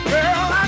Girl